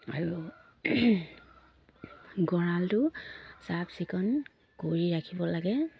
আৰু গঁৰালটো চাফ চিকুণ কৰি ৰাখিব লাগে